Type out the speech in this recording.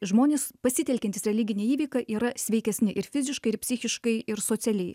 žmonės pasitelkiantys religinę įveiką yra sveikesni ir fiziškai ir psichiškai ir socialiai